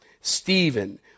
Stephen